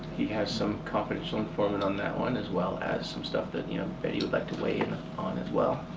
he has some confidential informant on that one as well as some stuff that yeah but he would like to weigh in on as well.